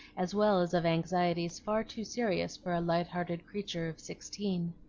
as well as of anxieties far too serious for a light-hearted creature of sixteen.